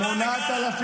תגיד תודה לגלנט.